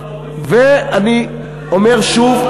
ואני אומר שוב עם